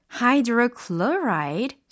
hydrochloride